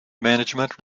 management